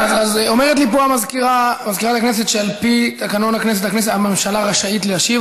אז אומרת לי פה מזכירת הכנסת שעל פי תקנון הכנסת הממשלה רשאית להשיב,